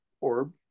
orb